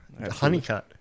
Honeycut